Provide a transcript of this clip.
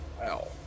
Wow